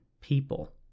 people